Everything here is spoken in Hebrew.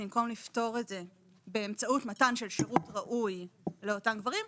במקום לפתור את זה באמצעות מתן של שירות ראוי לאותם גברים,